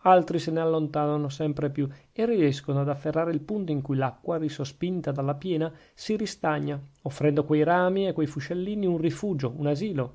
altri se ne allontanano sempre più e riescono ad afferrare il punto in cui l'acqua risospinta dalla piena si ristagna offrendo a quei rami a quei fuscellini un rifugio un asilo